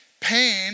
Pain